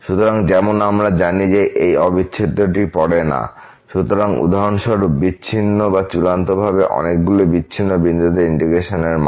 সুতরাং যেমন আমরা জানি যে এই অবিচ্ছেদ্যটি পড়ে না উদাহরণস্বরূপ বিচ্ছিন্ন বা চূড়ান্তভাবে অনেকগুলি বিচ্ছিন্ন বিন্দুতে ইন্টিগ্রেশন এর মান